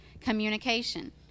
communication